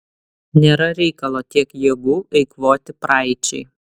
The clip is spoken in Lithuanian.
nėra reikalo tiek jėgų eikvoti praeičiai